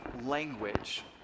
language